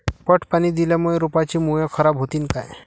पट पाणी दिल्यामूळे रोपाची मुळ खराब होतीन काय?